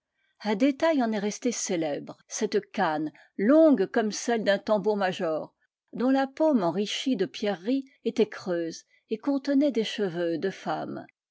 démarche en est resté célèbre cette canne longue comme celle d'un tambour major dont la pomme enrichie de pierreries était creuse et contenait des cheveux de femmes